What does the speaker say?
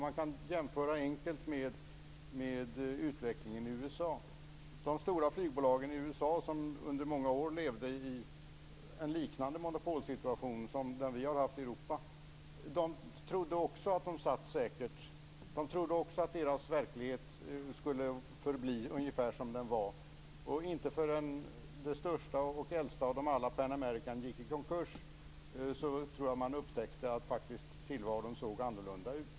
Man kan jämföra med utvecklingen i USA. De stora flygbolagen i USA, som under många år levde i en liknande monopolsituation som den vi har haft i Europa, trodde också att de satt säkert och att deras verklighet skulle förbli ungefär som den var. Inte förrän det största och äldsta av dem alla, Pan American, gick i konkurs upptäckte man att tillvaron faktiskt såg annorlunda ut.